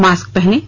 mask पहनें